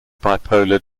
bipolar